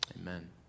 Amen